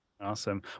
Awesome